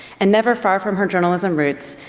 and never far from her journalism roots,